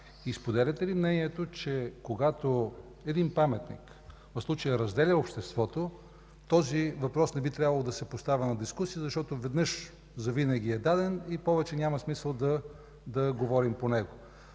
Споделяте ли мнението, че когато един паметник в случая разделя обществото, този въпрос не би трябвало да се поставя на дискусия, защото веднъж завинаги е даден и повече няма смисъл да говорим по него?